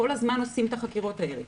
כל הזמן עושים את החקירות האלה.